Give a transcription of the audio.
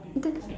that